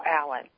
Allen